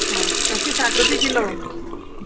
आ एकशे साठ रुपया किलो